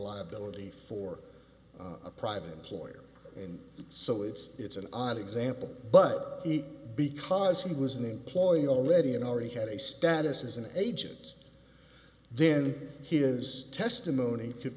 liability for a private employer and so it's it's an odd example but because he was an employee already and already had a status as an agent then his testimony could